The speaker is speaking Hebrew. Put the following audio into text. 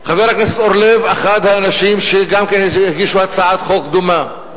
חבר הכנסת אורלב הוא אחד האנשים שגם הגישו הצעת חוק דומה,